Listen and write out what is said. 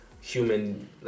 human